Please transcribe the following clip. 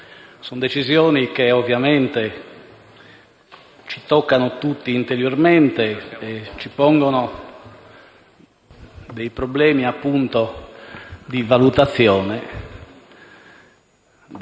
Sono decisioni che, ovviamente, ci toccano tutti interiormente e ci pongono dei problemi di valutazione